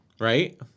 Right